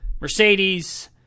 Mercedes